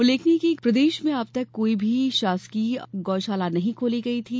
उल्लेखनीय है कि प्रदेश में अब तक कोई भी शासकीय गौ शाला नहीं खोली गयी थी